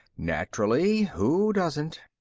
naturally. who doesn't?